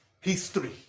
history